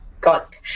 got